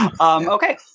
Okay